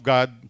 God